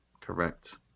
Correct